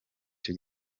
icyo